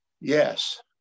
Yes